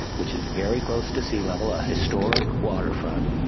which is very close to sea level, a historical waterfront,